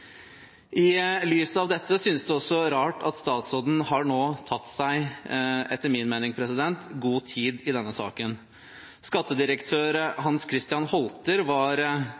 I lys av dette synes det også rart at statsråden har tatt seg – etter min mening – god tid i denne saken. Skattedirektør Hans Christian Holte var